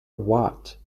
what